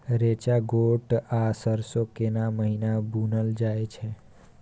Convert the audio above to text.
रेचा, गोट आ सरसो केना महिना बुनल जाय छै?